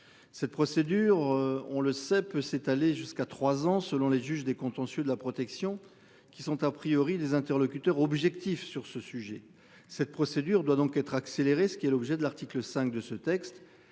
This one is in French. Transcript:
cette procédure. On le sait peu s'étaler jusqu'à 3 ans, selon les juges des contentieux de la protection qui sont a priori les interlocuteurs objectif sur ce sujet. Cette procédure doit donc être accéléré, ce qui est l'objet de l'article 5 de ce texte.